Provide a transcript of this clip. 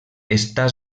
està